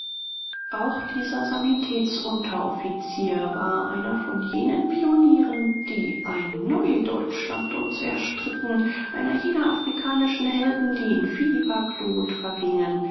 auch dieser sanitätsunteroffizier war einer von jenen pionieren die ein neudeutschland uns erstritten einer jener afrikanischen helden die in fieberglut vergingen